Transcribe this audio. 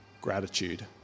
gratitude